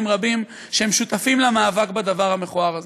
רבים שהם שותפים למאבק בדבר המכוער הזה.